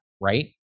right